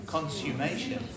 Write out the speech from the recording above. Consumation